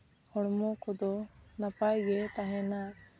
ᱦᱚᱲᱢᱚ ᱠᱚᱫᱚ ᱱᱟᱯᱟᱭ ᱜᱮ ᱛᱟᱦᱮᱱᱟ